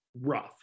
rough